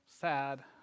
sad